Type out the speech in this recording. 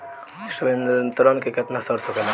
संवितरण के केतना शर्त होखेला?